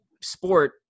sport